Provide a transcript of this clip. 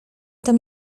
tam